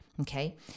Okay